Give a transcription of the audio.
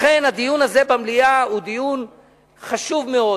לכן הדיון הזה במליאה הוא דיון חשוב מאוד.